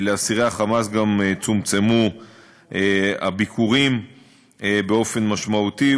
לאסירי ה"חמאס" גם צומצמו הביקורים באופן משמעותי,